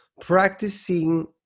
practicing